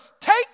take